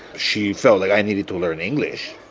she felt like i needed to learn english.